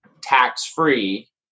tax-free